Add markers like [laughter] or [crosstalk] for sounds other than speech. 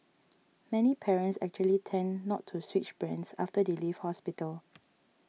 [noise] many parents actually tend not to switch brands after they leave hospital